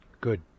Good